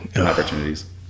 opportunities